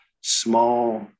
small